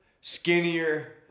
Skinnier